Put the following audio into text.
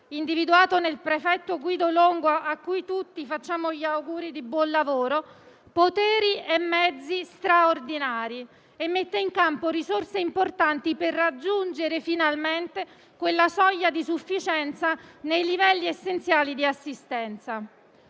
individuato nel prefetto Guido Longo - cui tutti facciamo gli auguri di buon lavoro - poteri e mezzi straordinari e mette in campo risorse importanti per raggiungere finalmente la soglia di sufficienza nei livelli essenziali di assistenza.